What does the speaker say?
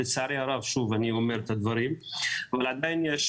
אני אומר את הדברים לצערי הרב.